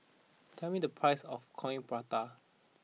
tell me the price of Coin Prata